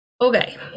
Okay